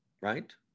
Right